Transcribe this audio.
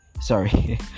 Sorry